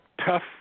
tough